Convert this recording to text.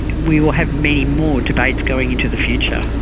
we will have many more debates going into the future.